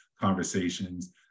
conversations